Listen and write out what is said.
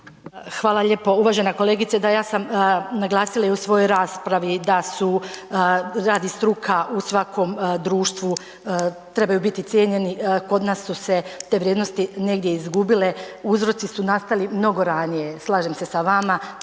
Hvala lijepo. Uvažena kolegice, da ja sam naglasila i u svojoj raspravi da su radi struka u svakom društvu trebaju biti cijenjeni, kod nas su se te vrijednosti negdje izgubile, uzroci su nastali mnogo ranije, slažem se sa vama,